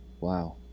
Wow